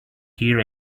hear